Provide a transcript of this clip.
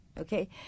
Okay